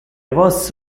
vos